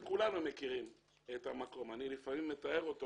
וכולנו מכירים את המקום אני לפעמים מתאר אותו